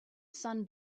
sun